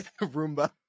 Roomba